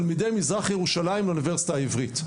הכנסה של תלמידי מזרח ירושלים לאוניברסיטה העברית.